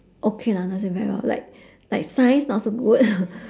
okay lah not say very well like like science not so good